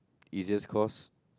easiest course